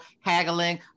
haggling